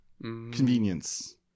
Convenience